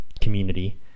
community